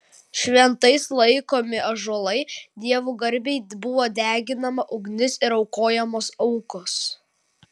šventais laikomi ąžuolai dievų garbei buvo deginama ugnis ir aukojamos aukos